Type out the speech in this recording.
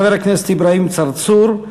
חבר הכנסת אברהים צרצור,